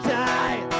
die